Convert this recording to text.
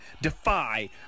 defy